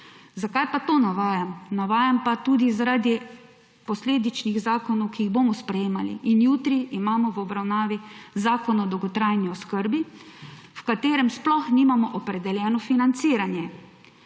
Zakaj pa to navajam? Navajam pa tudi zaradi posledičnih zakonov, ki jih bomo sprejemali. Jutri imamo v obravnavi zakon o dolgotrajni oskrbi, v katerem sploh nimamo opredeljenega financiranja.